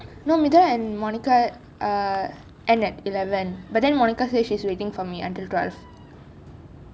no meduva and monica err end at eleven but then monica say she's waiting for me until twelve